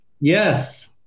yes